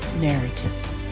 narrative